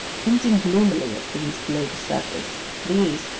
hinting gloomily at things below the surface, these,